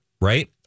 right